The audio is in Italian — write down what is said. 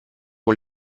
con